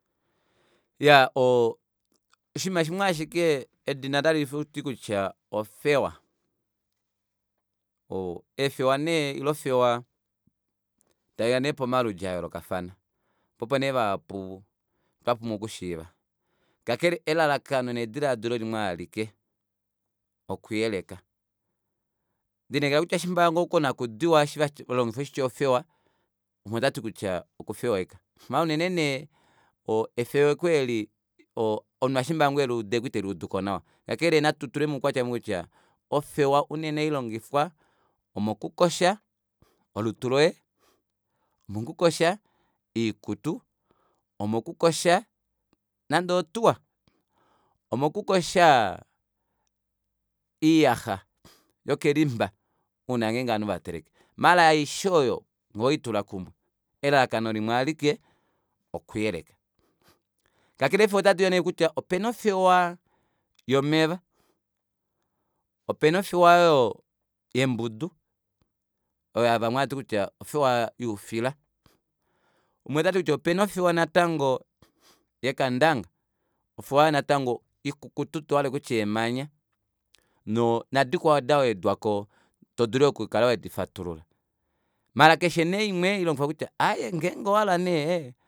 Iyaa oo oshinima shimwashike edina ngaashi taliti kutya ofewa eefewa nee ile ofewa otaiya nee pomaludi ayoolokafana poo opo nee vahapu twapumbwa okushiiva kakele elalakano nedilaadilo limwealike okuyeleka ndelineekela kutya shiimba ngoo konakudiwa eshi valongifa kutya ofewa umwe otati kutya okufeweka maala unene nee efeweko eeli omunhu ohashidulika ngoo eluudeko iteluuduko nawa kakele natu tule moukwatya ou kutya ofewa unene ohailongifwa mokukosha olutu loye omokukosha oikutu omokukosha nande outuwa omokukosha iyaaxa yokelimba uuna ngenge ovanhu vateleka maala aishe ooyo ngenge oweitula kumwe elalakano limwe alike okuyeleka kakele eefewa otadiya neekutya opena ofewa yomeva opena ofewa oyo yombudu oyo vamwe havati kutya ofewa youfila umwe otati kutya opena ofewa natango yekandanga ofewa aayo natango ikukutu tohale utye emanya noo nadikwao dawedwapo todulu yoo okukala wedifatulula maala keshe nee imwe ohailongifwa kutya aaye ngenge owahala nee